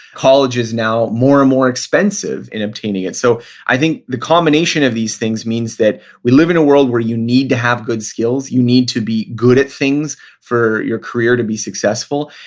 college is now more and more expensive in obtaining it so i think the combination of these things means that we live in a world where you need to have good skills, you need to be good at things for your career to be successful.